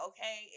Okay